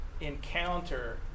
encounter